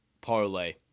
parlay